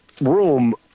room